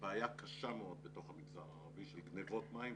בעיה קשה מאוד בתוך המגזר הערבי של גניבות מים,